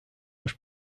was